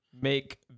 Make